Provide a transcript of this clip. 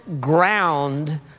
ground